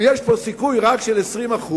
יש פה רק סיכוי של 20%,